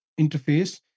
interface